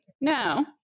No